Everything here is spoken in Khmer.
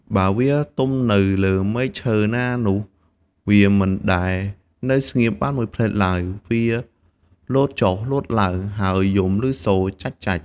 បើវាទំនៅលើមែកឈើណានោះ វាមិនដែលនៅស្ងៀមបានមួយភ្លែតឡើយ វាលោតចុះលោតឡើង ហើយយំឮសូរចាច់ៗ។